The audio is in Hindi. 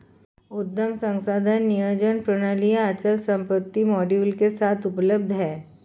उद्यम संसाधन नियोजन प्रणालियाँ अचल संपत्ति मॉड्यूल के साथ उपलब्ध हैं